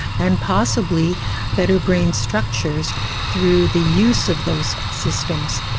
and possibly better brain structures through the use of those systems.